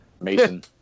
mason